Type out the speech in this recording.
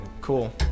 Cool